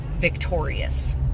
victorious